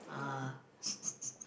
ah